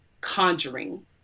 conjuring